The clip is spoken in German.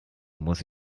muss